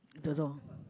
don't know